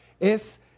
es